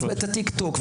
אז את ה- TikTok,